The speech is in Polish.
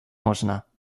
można